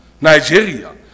Nigeria